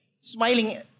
smiling